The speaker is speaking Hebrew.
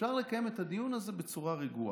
אפשר לקיים את הדיון הזה בצורה רגועה.